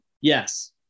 Yes